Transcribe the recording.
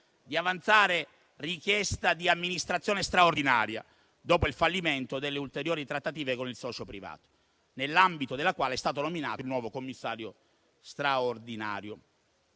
di avanzare richiesta di amministrazione straordinaria dopo il fallimento delle ulteriori trattative con il socio privato, nell'ambito della quale è stato nominato il nuovo commissario straordinario.